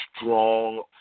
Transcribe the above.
strong